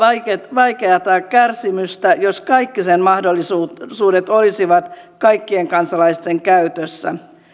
vaikeata kärsimystä jos kaikki sen mahdollisuudet olisivat kaikkien kansalaisten käytössä